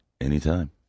Anytime